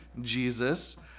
Jesus